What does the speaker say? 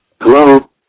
Hello